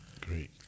Great